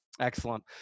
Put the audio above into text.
Excellent